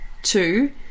Two